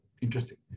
interesting